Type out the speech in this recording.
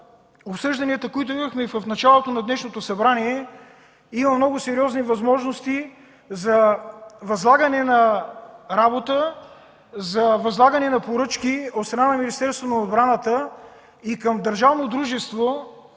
обсъжданията, които имахме в началото на днешното заседание, има много сериозни възможности за възлагане на работа, за възлагане на поръчки от страна на Министерството на отбраната към държавно дружество